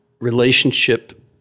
relationship